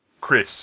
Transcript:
Chris